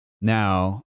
now